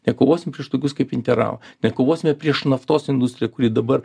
nekovosim prieš tokius kaip interavą nekovosime prieš naftos industriją kuri dabar